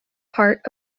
part